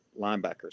linebackers